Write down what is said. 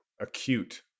acute